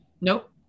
nope